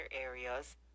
areas